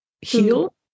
heal